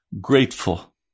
grateful